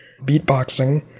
beatboxing